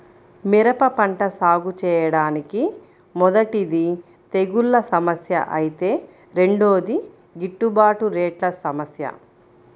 మిరప పంట సాగుచేయడానికి మొదటిది తెగుల్ల సమస్య ఐతే రెండోది గిట్టుబాటు రేట్ల సమస్య